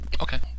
Okay